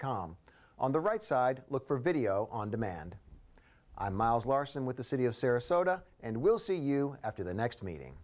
com on the right side look for video on demand i'm miles larson with the city of sarasota and we'll see you after the next meeting